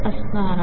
असणार आहे